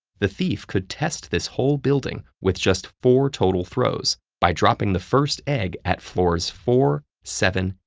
the thief could test this whole building with just four total throws by dropping the first egg at floors four, seven,